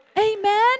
Amen